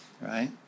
Right